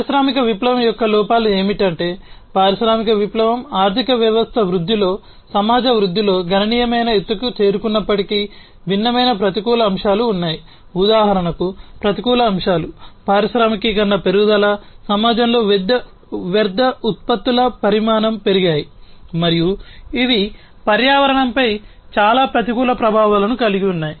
పారిశ్రామిక విప్లవం యొక్క లోపాలు ఏమిటంటే పారిశ్రామిక విప్లవం సమాజంలో వ్యర్థ ఉత్పత్తుల పరిమాణం పెరిగాయి మరియు ఇవి పర్యావరణంపై చాలా ప్రతికూల ప్రభావాలను కలిగి ఉన్నాయి